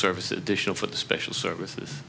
service additional for the special services